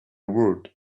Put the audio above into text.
would